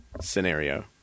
scenario